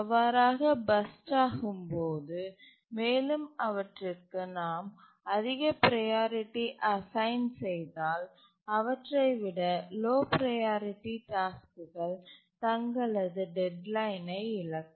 அவ்வாறாக பர்ஸ்ட் ஆகும்போது மேலும் அவற்றிற்கு நாம் அதிக ப்ரையாரிட்டி அசைன் செய்தால் அவற்றைவிட லோ ப்ரையாரிட்டி டாஸ்க்குகள் தங்களது டெட்லைனை இழக்கும்